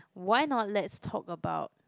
why not let's talk about